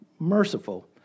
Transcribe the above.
merciful